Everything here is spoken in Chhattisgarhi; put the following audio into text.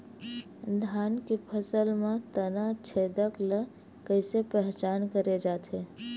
धान के फसल म तना छेदक ल कइसे पहचान करे जाथे?